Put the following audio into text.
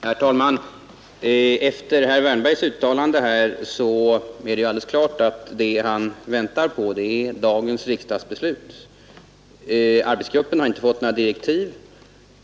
Herr talman! Efter herr Wärnbergs uttalande här är det alldeles klart att det han väntar på är dagens riksdagsbeslut. Arbetsgruppen har inte fått några direktiv.